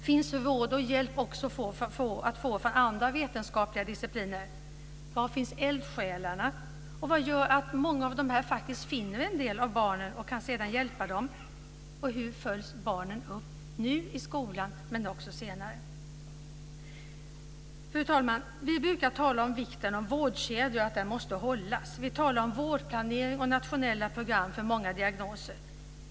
Finns råd och hjälp också att få från andra vetenskapliga discipliner? Var finns eldsjälarna, och vad gör att de faktiskt finner en del av dessa barn och kan hjälpa dem? Hur följs barnen upp i skolan, men också senare? Fru talman! Vi brukar tala om vikten av vårdkedjan och av att den inte får brytas. Vi talar om vårdplanering och nationella program för många diagnoser.